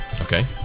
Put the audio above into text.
Okay